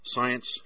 Science